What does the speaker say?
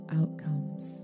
outcomes